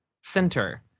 center